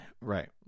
right